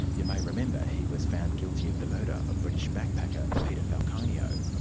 you may remember he was found guilty of the murder of british backpacker peter falconio.